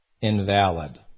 invalid